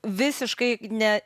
visiškai ne